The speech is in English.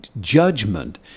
judgment